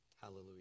Hallelujah